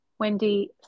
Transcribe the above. Wendy